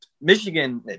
michigan